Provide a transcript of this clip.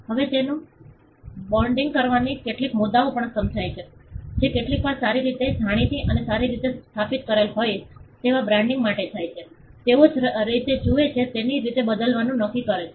હવે તેનું બ્રાંડિંગ કરવાથી કેટલાક મુદ્દાઓ પણ સર્જાય છે જે કેટલીકવાર સારી રીતે જાણીતી અને સારી રીતે સ્થાપિત થયેલ હોય તેવા રિબ્રાંડિંગ માટે જાય છે તેઓ જે રીતે જુએ છે તેની રીત બદલવાનું નક્કી કરી શકે છે